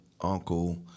uncle